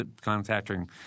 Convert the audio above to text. Contacting –